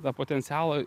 tą potencialą